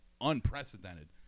unprecedented